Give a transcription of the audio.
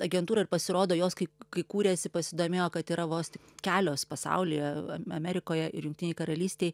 agentūra ir pasirodo jos kaip kai kūrėsi pasidomėjo kad yra vos tik kelios pasaulyje amerikoje ir jungtinėj karalystėj